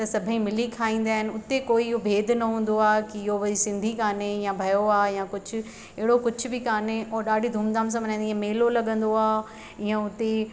त सभई मिली खाईंदा आहिनि हुते कोई इहो भेद न हूंदो आहे की इहो वरी सिंधी गाने या भयो आहे कुझु अहिड़ो कुझु बि कोन्हे ऐं ॾाढी धूमधाम सां मल्हाईंदा ईअं मेलो लगंदो आहे ईअं हुते